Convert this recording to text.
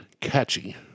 Catchy